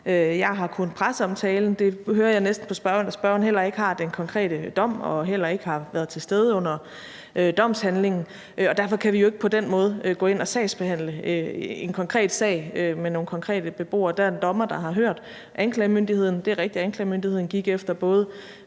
jeg har kun presseomtalen, og jeg hører næsten på spørgeren, at spørgeren heller ikke har den konkrete dom og heller ikke har været til stede under domshandlingen, og derfor kan vi jo ikke på den måde gå ind og sagsbehandle en konkret sag med nogle konkrete beboere. Der er en dommer, der har hørt anklagemyndigheden. Det er rigtigt, at anklagemyndigheden gik efter både